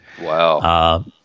Wow